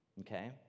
okay